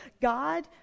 God